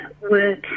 Work